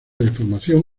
deformación